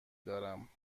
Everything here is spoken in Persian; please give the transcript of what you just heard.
دارم